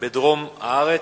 בדרום הארץ,